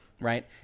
right